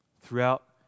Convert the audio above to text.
throughout